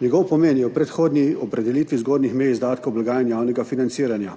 Njegov pomen je v predhodni opredelitvi zgornjih mej izdatkov blagajn javnega financiranja.